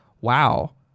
wow